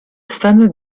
fameux